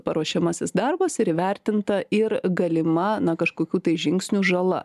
paruošiamasis darbas ir įvertinta ir galima na kažkokių tai žingsnių žala